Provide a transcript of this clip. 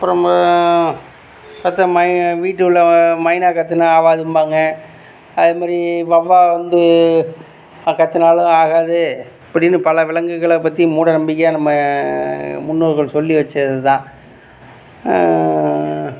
அப்புறமா பத்தர மணிய வீட்டு உள்ள மைனா கத்துனால் ஆகாதும்பாங்க அதுமாதிரி வௌவால் வந்து அ கத்தினாலும் ஆகாது இப்படினு பல விலங்குகளை பற்றி மூடநம்பிக்கையாக நம்ம முன்னோர்கள் சொல்லி வச்சதுதான்